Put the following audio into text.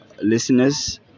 listeners